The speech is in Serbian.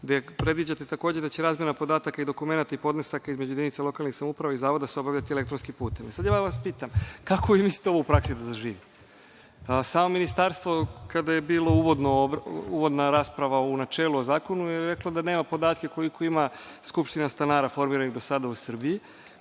gde predviđate da će razmena podataka i dokumenata i podnesaka između jedinica lokalnih samouprava i zavoda se obavljati elektronskim putem. Sada ja vas pitam, kako vi to mislite da u praksi zaživi? Samo Ministarstvo kada je bila uvodan rasprava u načelu o zakonu je rekla da nema podatke koliko ima skupština stanara formiranih do sada u Srbiji.